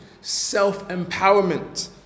self-empowerment